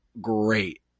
great